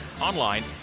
online